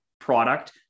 product